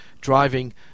driving